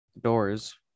doors